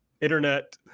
internet